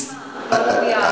אתה יורד לרמה.